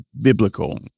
biblical